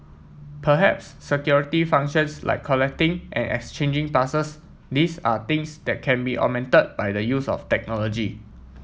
perhaps security functions like collecting and exchanging passes these are things that can be augmented by the use of technology